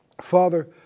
Father